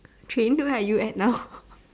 train where are you at now